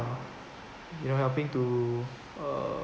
uh you know helping to